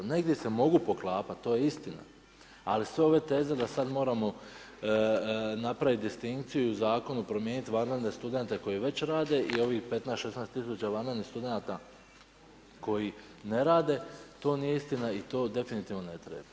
Negdje se mogu poklapat, to je istina ali sve ove teze da sad moramo napraviti distinkciju i u zakonu promijeniti za vanredne studente koji već rade i ovih 15, 16 000 vanrednih studenata koji ne rade, to nije istina i to definitivno ne treba.